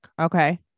Okay